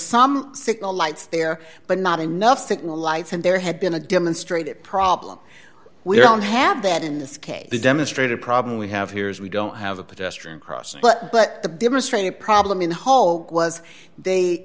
some signal lights there but not enough signal lights and there had been a demonstrated problem we don't have that in this case the demonstrated problem we have here is we don't have a pedestrian crossing but the demonstrated problem in hall was they